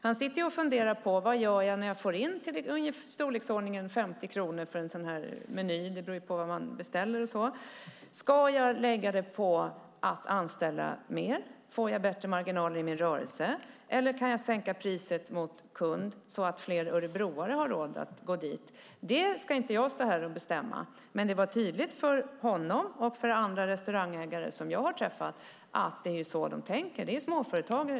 Han funderar ju på vad han ska göra när han får in 50 kronor för en meny. Ska jag lägga pengarna på att anställa fler? Får jag bättre marginaler i min rörelse eller kan jag sänka priset mot kund så att fler örebroare har råd att äta här? Det ska inte jag bestämma. Men det var tydligt för honom och för andra restaurangägare som jag har träffat att tänka så.